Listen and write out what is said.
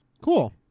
cool